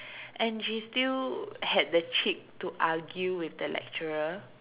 and she still had the cheek to argue with the lecturer